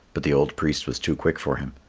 but the old priest was too quick for him.